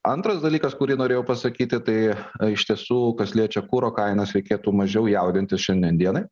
antras dalykas kurį norėjau pasakyti tai iš tiesų kas liečia kuro kainas reikėtų mažiau jaudintis šiandien dienai